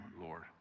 lord